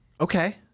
Okay